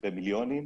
במיליונים,